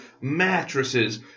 mattresses